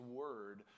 word